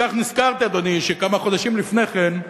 כך נזכרתי, אדוני, שכמה חודשים לפני כן,